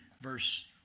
verse